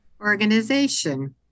organization